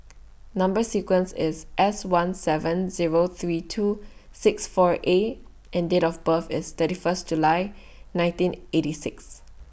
Number sequence IS S one seven Zero three two six four A and Date of birth IS thirty First July nineteen eighty six